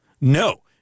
No